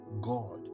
God